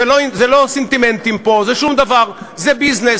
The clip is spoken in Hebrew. זה לא סנטימנטים פה, זה שום דבר, זה ביזנס.